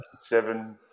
Seven